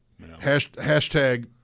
hashtag